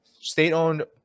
state-owned